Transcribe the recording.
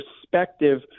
perspective